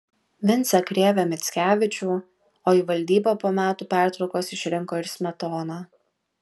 vincą krėvę mickevičių o į valdybą po metų pertraukos išrinko ir smetoną